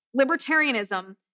Libertarianism